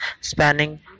spanning